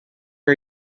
are